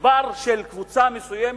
הוא בר של קבוצה מסוימת,